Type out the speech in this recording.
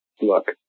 look